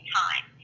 time